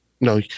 No